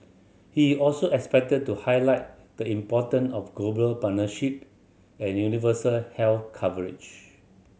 he is also expected to highlight the important of global partnership and universal health coverage